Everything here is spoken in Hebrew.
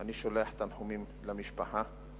אני שולח תנחומים למשפחה.